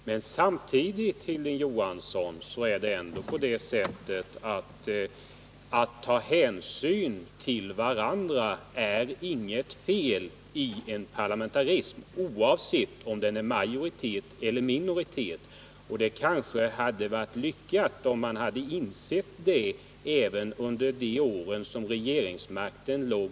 Men samtidigt, Hilding Johansson, är ändå det förhållandet att man tar hänsyn till varandra inget fel i en parlamentarism, oavsett om det är fråga om en majoritetseller en minoritetsregering. Det kanske hade varit lyckat om man hade insett det även under de år då regeringsmakten låg